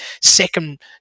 second